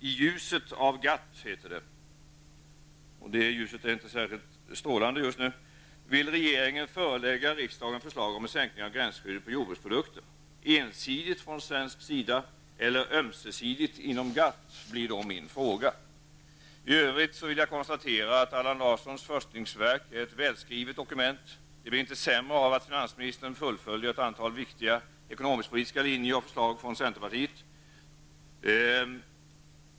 I ljuset av GATT, heter det -- och det ljuset är inte särskilt strålande just nu --, vill regeringen förelägga riksdagen förslag om en sänkning av gränsskyddet på jordbruksprodukter. Ensidigt från svensk sida eller ömsesidigt inom GATT blir då min fråga. I övrigt vill jag konstatera att Allan Larssons förstlingsverk är ett välskrivet dokument. Det blir inte sämre av att finansministern fullföljer ett antal viktiga ekonomisk-politiska linjer och förslag från centerpartiet.